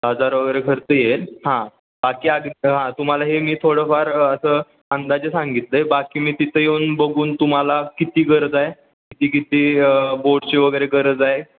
दहा हजार वगैरे खर्च येईल हां बाकी आग हां तुम्हाला हे मी थोडंफार असं अंदाजे सांगितलं आहे बाकी मी तिथं येऊन बघून तुम्हाला किती गरज आहे किती किती बोर्डची वगैरे गरज आहे